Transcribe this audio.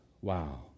Wow